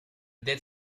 dead